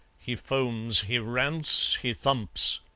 he foams, he rants, he thumps.